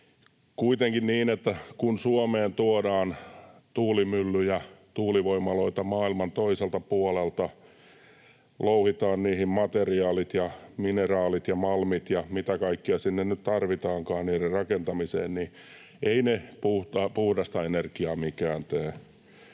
Kuitenkin on niin, että kun Suomeen tuodaan tuulimyllyjä, tuulivoimaloita maailman toiselta puolelta, louhitaan niihin materiaalit ja mineraalit ja malmit ja mitä kaikkea sinne niiden rakentamiseen nyt tarvitaankaan, niin ei niistä mikään puhdasta energiaa tee.